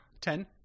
Ten